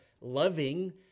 loving